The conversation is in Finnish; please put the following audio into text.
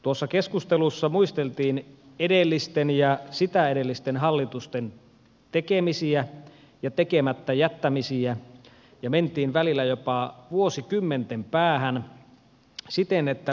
tuossa keskustelussa muisteltiin edellisten ja sitä edellisten hallitusten tekemisiä ja tekemättä jättämisiä ja mentiin välillä jopa vuosikymmenten päähän siten että